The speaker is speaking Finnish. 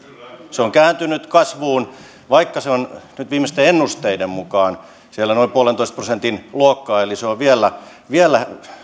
se on kääntynyt kasvuun vaikka se on nyt viimeisten ennusteiden mukaan siellä noin puolentoista prosentin luokkaa eli se on vielä vielä